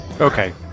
Okay